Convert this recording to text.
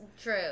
True